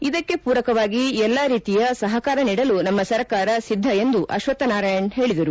ಇದಕ್ಕೆ ಪೂರಕವಾಗಿ ಎಲ್ಲ ರೀತಿಯ ಸಹಕಾರ ನೀಡಲು ನಮ್ಮ ಸರ್ಕಾರ ಸಿದ್ಧ ಎಂದು ಅಶ್ವಕ್ಥನಾರಾಯಣ ಹೇಳಿದರು